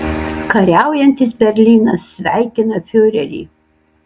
kariaujantis berlynas sveikina fiurerį